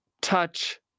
touch